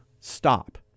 stop